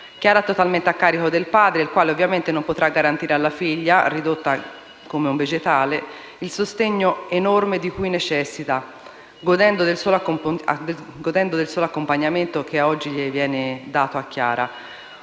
Chiara è totalmente a carico del padre, il quale ovviamente non potrà garantire alla figlia, ridotta come un vegetale, il sostegno enorme di cui necessita, godendo della sola indennità di accompagnamento oggi riconosciuta a Chiara;